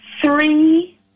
three